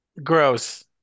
gross